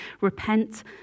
Repent